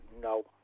no